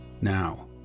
now